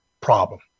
problem